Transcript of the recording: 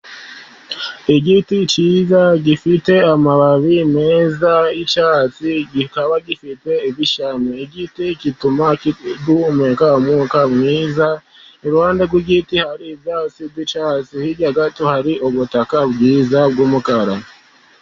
Igiti cyiza gifite amababi meza y'icyatsi, kikaba gifite ibishami. Ibiti bituma duhumeka umwuka mwiza. Iruhande rw'igiti hirya gato hari ubutaka bwiza bw'umukara.